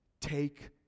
Take